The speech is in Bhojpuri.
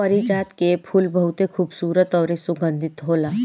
पारिजात के फूल बहुते खुबसूरत अउरी सुगंधित होला